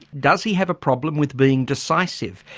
does he have a problem with being decisive?